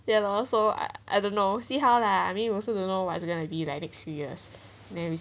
ya lor so I I don't know see how lah I mean you also don't know what is it going to be like next few years maybe